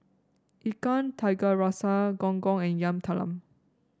Ikan Tiga Rasa Gong Gong and Yam Talam